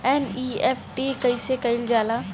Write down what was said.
NEFT कइसे कइल जाला?